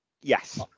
Yes